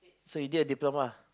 so you did a diploma